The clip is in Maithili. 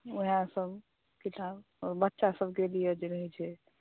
वएह सभ किताब बच्चा सभके लिए जे होइ छै